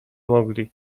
mogli